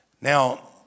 Now